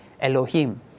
Elohim